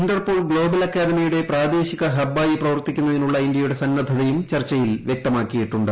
Interpol global അക്കാദമിയുടെ പ്രാദേശിക ഹബ്ബായി പ്രവർത്തിക്കുന്നതിനുള്ള ഇന്ത്യയുടെ സന്നദ്ധതയും ചർച്ചയിൽ വിശദമാക്കിയിട്ടുണ്ട്